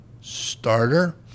starter